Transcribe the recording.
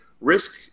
risk